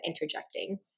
interjecting